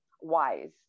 wise